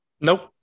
Nope